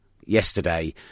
yesterday